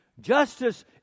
Justice